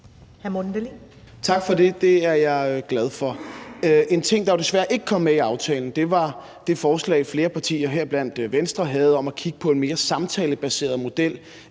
Tak for det. Det er jeg glad for. En ting, der jo desværre ikke kom med i aftalen, var det forslag, flere partier, heriblandt Venstre, havde om at kigge på en mere samtalebaseret model